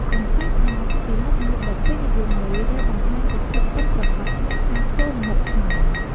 កង្កែបបោក ជាមុខម្ហូបដ៏ពេញនិយមមួយដែលបង្ហាញពីភាពប៉ិនប្រសប់ក្នុងការធ្វើម្ហូបខ្មែរ។